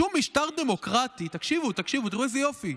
שום משטר דמוקרטי" תקשיבו, תקשיבו, איזה יופי,